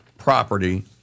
property